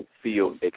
feel